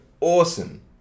awesome